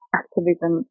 activism